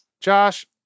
Josh